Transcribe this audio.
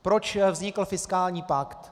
Proč vznikl fiskální pakt?